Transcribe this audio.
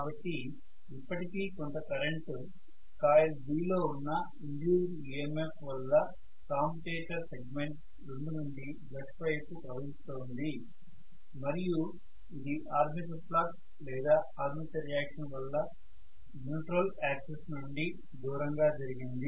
కాబట్టి ఇప్పటికీ కొంత కరెంటు కాయిల్ B లో ఉన్న ఇండ్యూస్డ్ EMF వల్ల కామ్యుటేటర్ సెగ్మెంట్ 2 నుండి బ్రష్ వైపు ప్రవహిస్తోంది మరియు ఇది ఆర్మేచర్ ఫ్లక్స్ లేదా ఆర్మేచర్ రియాక్షన్ వల్ల న్యూట్రల్ యాక్సిస్ నుండి దూరంగా జరిగింది